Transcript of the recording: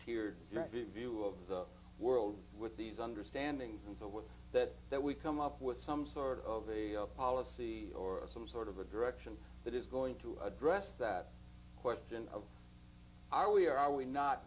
view view of the world with these understanding and so with that that we come up with some sort of a policy or some sort of a direction that is going to address that question of are we or are we not